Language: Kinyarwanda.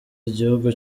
gihugu